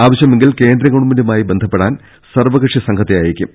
ആവശ്യ മെങ്കിൽ കേന്ദ്രഗവൺമെന്റുമായി ബന്ധപ്പെടുന്നതിന് സർവകക്ഷി സംഘത്തെ അയക്കും